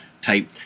type